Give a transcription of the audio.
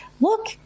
look